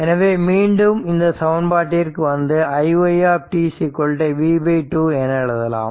எனவே மீண்டும் இந்த சமன்பாட்டிற்கு வந்து iy v 2 என எழுதலாம்